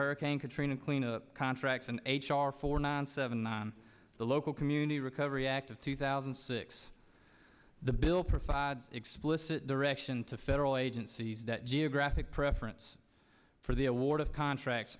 hurricane katrina cleena contracts and h r four nine seven on the local community recovery act of two thousand and six the bill provides explicit directions to federal agencies that geographic preference for the award of contracts